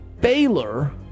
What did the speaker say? Baylor